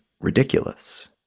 ridiculous